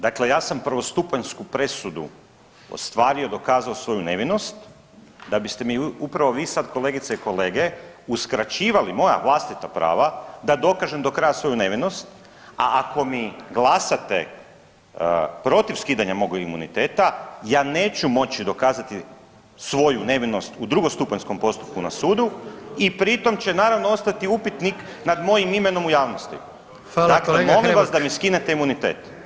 Dakle, ja sam prvostupanjsku presudu ostvario dokazao svoju nevinost da biste mi upravo vi sad kolegice i kolege uskraćivali moja vlastita prava da dokažem do kraja svoju nevinost, a ako mi glasate protiv skidanja mog imuniteta ja neću moći dokazati svoju nevinost u drugostupanjskom postupku na sudu i pri tom će naravno ostati upitnik nad mojim imenom u javnosti [[Upadica predsjednik: Hvala kolega Hrebak.]] Dakle, molim vas da mi skinete imunitet.